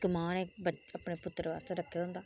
मां ने अपने पुत्र आस्तै रक्खे दा होंदा